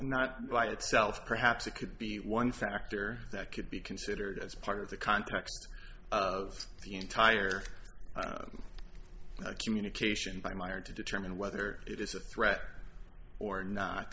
not by itself perhaps it could be one factor that could be considered as part of the context of the entire communication by meyer to determine whether it is a threat or